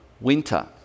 winter